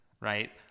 right